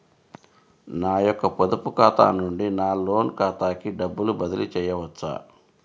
నా యొక్క పొదుపు ఖాతా నుండి నా లోన్ ఖాతాకి డబ్బులు బదిలీ చేయవచ్చా?